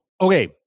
Okay